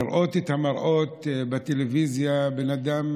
לראות את המראות בטלוויזיה, בן אדם